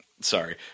sorry